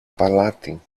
παλάτι